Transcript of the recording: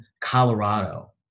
Colorado